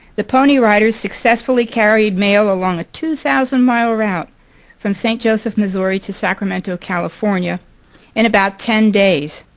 the pony riders successfully carried mail along a two thousand mile route from st. joseph, missouri to sacramento, california in about ten days,